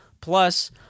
plus